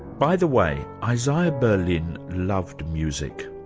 by the way, isaiah berlin loved music.